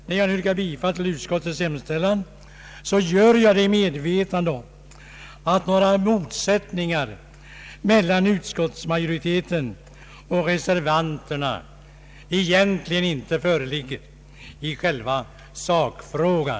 När jag nu yrkar bifall till utskottets hemställan gör jag det i medvetande om att några motsättningar mellan utskottsmajoriteten och = reservanterna egentligen inte föreligger i själva sakfrågan.